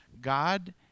God